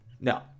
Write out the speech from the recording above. No